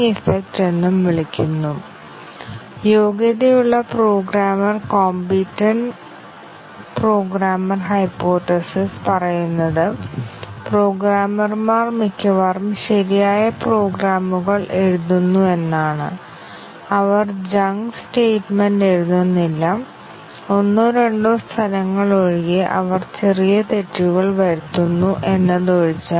coverage അടിസ്ഥാനമാക്കിയുള്ള സാങ്കേതികതയാണ് ചില പ്രോഗ്രാം ഘടകങ്ങൾ കവർ ചെയ്യാനോ എക്സിക്യൂട്ട് ചെയ്യാനോ ഞങ്ങൾ ശ്രമിക്കുന്നു മറ്റ് തരത്തിലുള്ള വൈറ്റ് ബോക്സ് ടെസ്റ്റിംഗ് പോലെ ഞങ്ങൾ പ്രോഗ്രാമിൽ പ്രത്യേക തരം ഫോൾട്ട്കൾ അവതരിപ്പിച്ചു തുടർന്ന് ടെസ്റ്റ് കേസുകൾക്ക് അവ കണ്ടെത്താനാകുമോ എന്ന് പരിശോധിക്കും